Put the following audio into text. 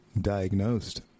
diagnosed